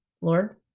Lord